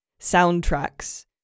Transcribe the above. soundtracks